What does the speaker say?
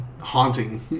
haunting